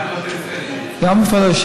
גם לפריפריה?